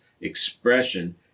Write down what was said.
expression